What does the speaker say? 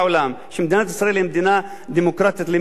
שמדינת ישראל היא מדינה דמוקרטית למהדרין,